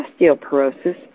osteoporosis